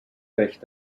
recht